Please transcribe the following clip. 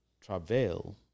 travail